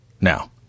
Now